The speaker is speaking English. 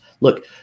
look